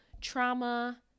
trauma